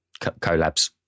collabs